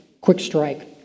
quick-strike